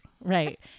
Right